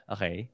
Okay